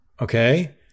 okay